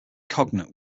cognate